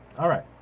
all right.